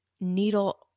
needle